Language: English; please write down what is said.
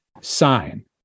sign